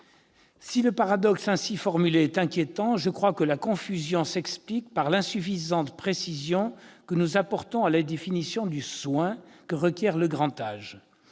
Si le paradoxe, ainsi formulé, est inquiétant, je crois que la confusion s'explique par l'insuffisante précision que nous apportons à la définition du « soin » que requiert le grand âge.